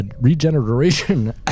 regeneration